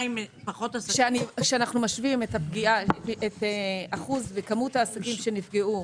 כשאנחנו משווים את כמות העסקים שנפגעו